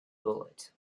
bullet